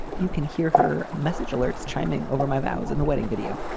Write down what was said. you can hear her message alerts chiming over my vows in the wedding video.